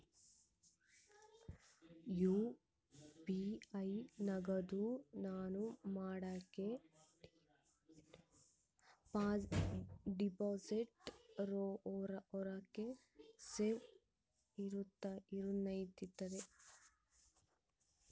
UPI ನಾಗ ನಾನು ಮಾಡೋ ಡಿಪಾಸಿಟ್ ರೊಕ್ಕ ಸೇಫ್ ಇರುತೈತೇನ್ರಿ?